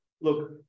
look